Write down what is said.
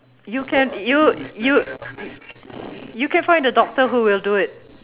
you can you you you can find a doctor who will do it